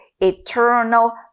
eternal